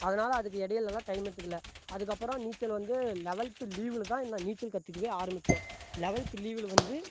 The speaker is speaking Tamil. அதனால் அதுக்கு இடைலலாம் டைம் எடுத்துக்கலை அதுக்கப்புறம் நீச்சல் வந்து லவல்த்து லீவில் தான் நான் நீச்சல் கற்றுக்கவே ஆரம்மிச்சேன் லவல்த்து லீவில் வந்து